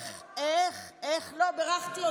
זה פרגון של אישה לאישה, איך לא בירכתי אותך?